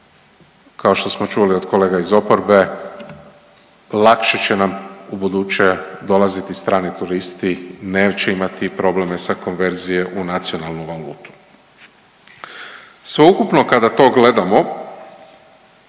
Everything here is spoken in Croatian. kao što smo čuli od kolega iz oporbe lakše će nam ubuduće dolaziti strani turisti neće imati probleme sa konverzije u nacionalnu valutu. Sveukupno kada to gledamo